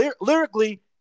lyrically